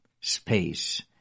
space